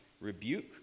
rebuke